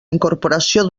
incorporació